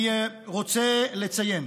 אני רוצה לציין